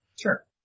Sure